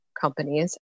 companies